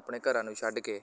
ਆਪਣੇ ਘਰਾਂ ਨੂੰ ਛੱਡ ਕੇ